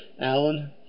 Alan